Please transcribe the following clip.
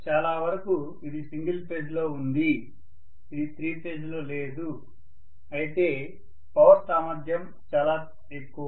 చాలా వరకు ఇది సింగిల్ ఫేజ్ లో ఉంది ఇది త్రీ ఫేజ్ లో లేదు అయితే పవర్ సామర్థ్యం చాలా ఎక్కువ